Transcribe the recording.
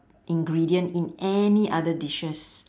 ingredient in any other dishes